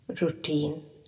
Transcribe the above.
routine